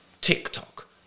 tiktok